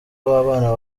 w’abana